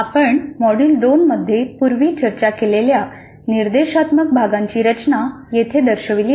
आपण मॉड्यूल 2 मध्ये पूर्वी चर्चा केलेल्या निर्देशात्मक भागांची रचना येथे दर्शविली आहे